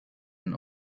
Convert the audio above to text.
and